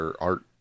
Art